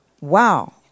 wow